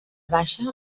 baixa